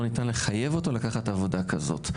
לא ניתן לחייב אותו לקחת עבודה כזאת.